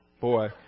Boy